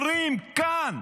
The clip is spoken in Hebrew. אומרים כאן: